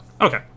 okay